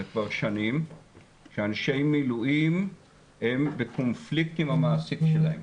זה כבר שנים שאנשי מילואים הם בקונפליקט עם המעסיק שלהם.